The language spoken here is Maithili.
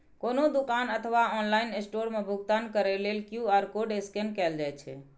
कोनो दुकान अथवा ऑनलाइन स्टोर मे भुगतान करै लेल क्यू.आर कोड स्कैन कैल जाइ छै